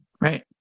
right